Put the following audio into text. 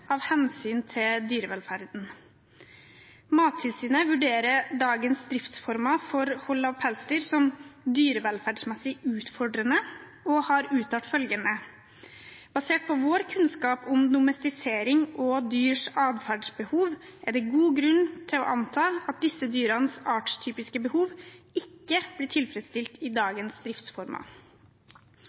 av hensyn til dyrevelferden. Mattilsynet vurderer dagens driftsformer for hold av pelsdyr som dyrevelferdsmessig utfordrende og har uttalt følgende: «Basert på vår kunnskap om domestisering og dyrs atferdsbehov er det god grunn til å anta at disse dyrenes artstypiske behov ikke blir tilfredsstilt i dagens